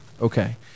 Okay